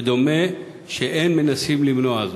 ודומה שאין מנסים למנוע זאת.